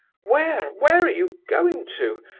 where, where are you going to?